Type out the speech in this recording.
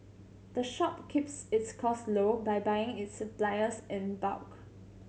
the shop keeps its cost low by buying its suppliers in bulk